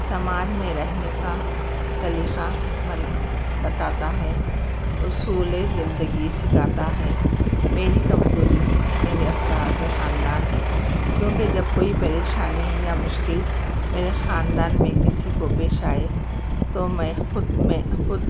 سماج میں رہنے کا سلیخا بنا بتاتا ہے اصول زندگی سکھاتا ہے میری کمزوری میرے افراد خاندان ہے کیونکہ جب کوئی پریشانی یا مشکل میرے خاندان میں کسی کو پیش آئے تو میں خود میں خود